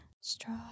Straw